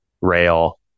rail